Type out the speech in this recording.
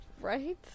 Right